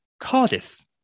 Cardiff